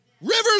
rivers